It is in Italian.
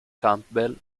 campbell